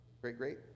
Great-great